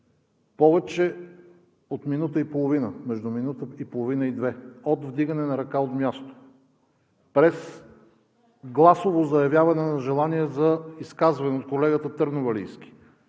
Повече от минута и половина, между минута и половина и две от вдигане на ръка от място през гласово заявяване на желание за изказване от колегата Търновалийски